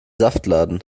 saftladen